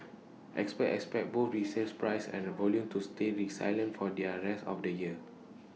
experts expect both resale prices and the volume to stay resilient for their rest of the year